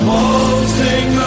Waltzing